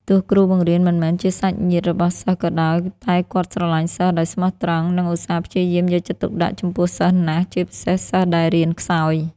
ទោះគ្រូបង្រៀនមិនមែនជាសាច់ញាតិរបស់សិស្សក៏ដោយ តែគាត់ស្រឡាញ់សិស្សដោយស្មោះត្រង់ និងឧស្សាហ៍ព្យាយាមយកចិត្តទុកដាក់ចំពោះសិស្សណាស់ ជាពិសេសសិស្សដែលរៀនខ្សោយ។